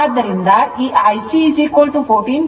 ಆದ್ದರಿಂದ ಈ IC 14